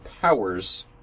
powers